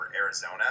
Arizona